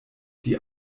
die